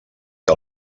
que